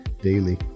daily